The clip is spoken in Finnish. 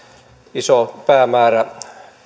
iso päämäärä